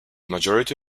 majority